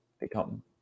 become